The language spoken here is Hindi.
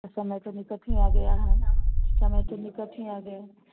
समय तो निकट ही आ गया है समय तो निकट ही आ गया है